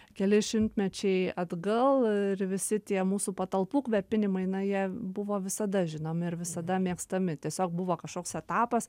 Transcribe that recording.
keli šimtmečiai atgal ir visi tie mūsų patalpų kvėpinimai na jie buvo visada žinomi ir visada mėgstami tiesiog buvo kažkoks etapas